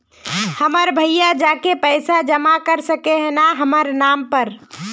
हमर भैया जाके पैसा जमा कर सके है न हमर नाम पर?